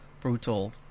brutal